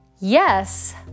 Yes